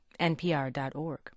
npr.org